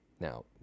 Now